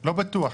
לא בטוח.